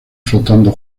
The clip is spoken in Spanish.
flotando